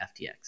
FTX